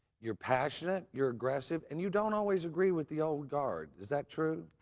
you're passionate, you're aggressive, and you don't always agree with the old guard. is that true?